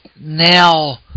now